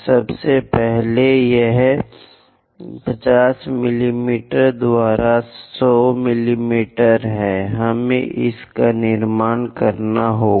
सबसे पहले यह 50 मिमी द्वारा 100 मिमी है हमें इसका निर्माण करना होगा